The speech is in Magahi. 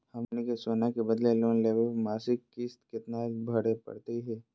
हमनी के सोना के बदले लोन लेवे पर मासिक किस्त केतना भरै परतही हे?